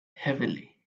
heavily